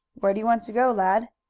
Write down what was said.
where do you want to go, lad?